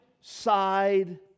side